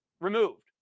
removed